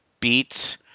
beats